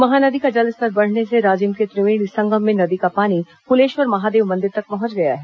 महानदी का जलस्तर बढ़ने से राजिम के त्रिवेणी संगम में नदी का पानी कुलेश्वर महादेव मंदिर तक पहुंच गया है